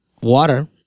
water